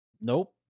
Nope